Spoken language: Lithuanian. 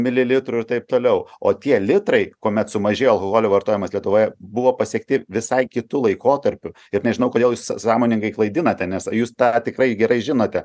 mililitrų ir taip toliau o tie litrai kuomet sumažėjo alkoholio vartojimas lietuvoje buvo pasiekti visai kitu laikotarpiu ir nežinau kodėl jūs s sąmoningai klaidinate nes jūs tą tikrai gerai žinote